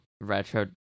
Retro